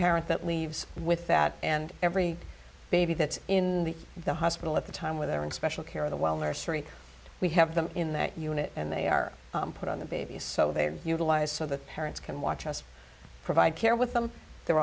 parent that leaves with that and every baby that's in the hospital at the time with their own special care of the well nursery we have them in that unit and they are put on the babies so they utilize so that parents can watch us provide care with them they're